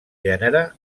gènere